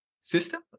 system